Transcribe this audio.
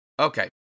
Okay